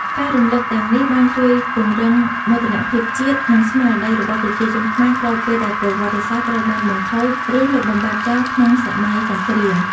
ការរំលឹកទាំងនេះបានជួយពង្រឹងមោទនភាពជាតិ និងស្មារតីរបស់ប្រជាជនខ្មែរ ក្រោយពេលដែលប្រវត្តិសាស្ត្រត្រូវបានបង្ខូច ឬលុបបំបាត់ចោលក្នុងសម័យសង្គ្រាម។